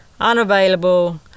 Unavailable